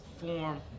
form